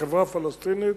בחברה הפלסטינית,